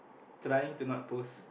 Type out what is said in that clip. trying to not post